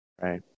right